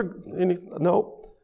No